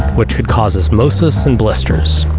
which could causes osmosis and blisters.